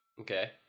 Okay